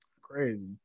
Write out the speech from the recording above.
Crazy